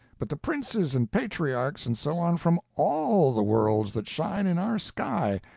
but the princes and patriarchs and so on from all the worlds that shine in our sky,